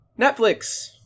Netflix